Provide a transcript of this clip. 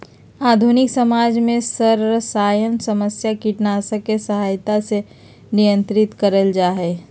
आधुनिक समाज में सरसायन समस्या कीटनाशक के सहायता से नियंत्रित करल जा हई